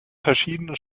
verschiedenen